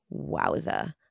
Wowza